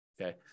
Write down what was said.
Okay